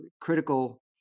critical